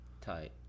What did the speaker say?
Tight